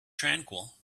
tranquil